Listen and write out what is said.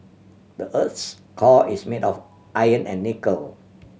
the earth's core is made of iron and nickel